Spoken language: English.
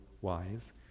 wise